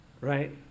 right